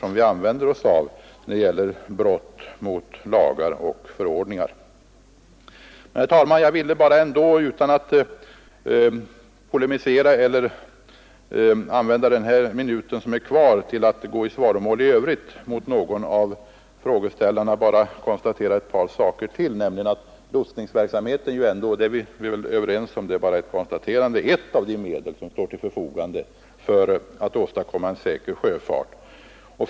Utan att polemisera eller i övrigt gå i svaromål mot någon av frågeställarna vill jag under den ytterligare minut som jag har till mitt förfogande konstatera ett par saker. Lotsningsverksamhet är ett av de medel som står till förfogande för att åstadkomma en säker sjöfart — den saken är vi överens om, och det är alltså bara ett konstaterande.